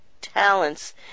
talents